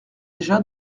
déjà